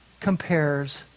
compares